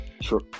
Sure